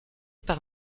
par